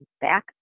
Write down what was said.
back